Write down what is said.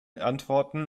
antworten